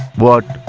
what?